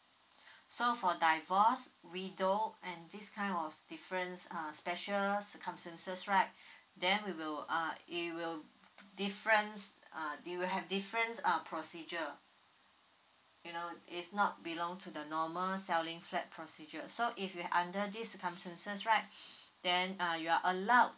so for divorce widow and this kind of difference um special circumstances right then we will uh it will difference uh it will have different uh procedure you know uh it's not belong to the normal selling flat procedure so if you're under these circumstances right then uh you're allowed